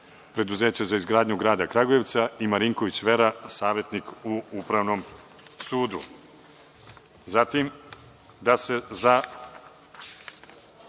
preduzeća za izgradnju grada Kragujevca i Marinković Vera, savetnik u Upravnom